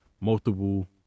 multiple